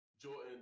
Jordan